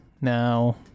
Now